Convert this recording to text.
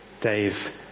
Dave